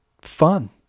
fun